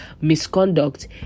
misconduct